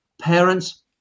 parents